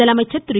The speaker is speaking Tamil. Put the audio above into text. முதலமைச்சர் திரு